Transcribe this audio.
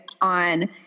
on